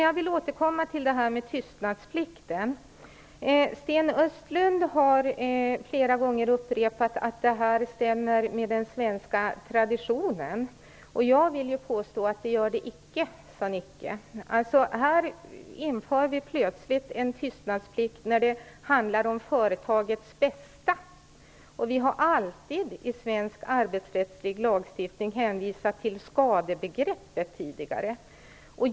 Jag vill återkomma till det här med tystnadsplikten. Sten Östlund har flera gånger upprepat att det här stämmer med den svenska traditionen. Jag vill påstå att det gör det icke! Här inför vi plötsligt en tystnadsplikt när det handlar om "företagets bästa". Vi har alltid i svensk arbetsrättslig lagstiftning tidigare hänvisat till skadebegreppet.